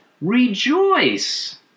rejoice